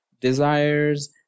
desires